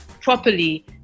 properly